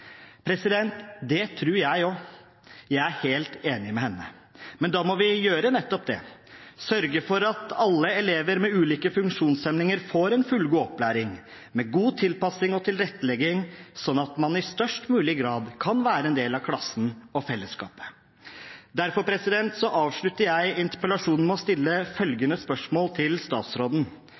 Det tror jeg også. Jeg er helt enig med henne. Men da må vi gjøre nettopp det, sørge for at alle elever med ulike funksjonshemninger får en fullgod opplæring, med god tilpassing og tilrettelegging sånn at man i størst mulig grad kan være en del av klassen og fellesskapet. Derfor avslutter jeg interpellasjonen med å stille følgende spørsmål til statsråden: